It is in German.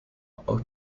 auch